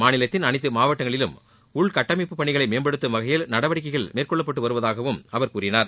மாநிலத்தின் அனைத்து மாவட்டங்களிலும் உள்கட்டமைப்பு பணிகளை மேம்படுத்தும் வகையில் நடவடிக்கைகள் மேற்கொள்ளப்பட்டு வருவதாக அவர் கூறினார்